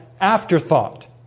afterthought